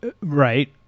Right